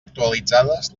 actualitzades